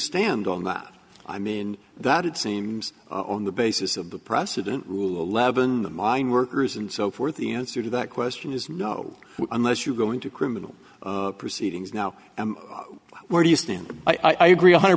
stand on that i mean that it seems on the basis of the precedent rule eleven the mineworkers and so forth the answer to that question is no unless you go into criminal proceedings now where do you stand i agree one hundred